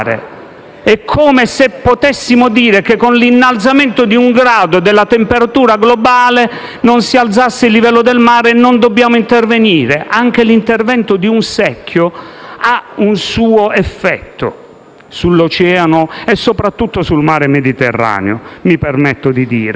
È come se potessimo dire che con l'innalzamento di un grado della temperatura globale non si alzasse il livello del mare e non si debba intervenire. Anche l'intervento di un secchio ha un suo effetto sull'Oceano e soprattutto sul Mediterraneo, mi permetto di dirlo.